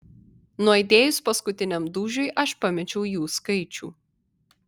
nuaidėjus paskutiniam dūžiui aš pamečiau jų skaičių